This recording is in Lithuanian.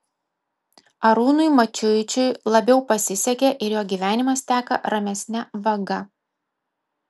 arūnui mačiuičiui labiau pasisekė ir jo gyvenimas teka ramesne vaga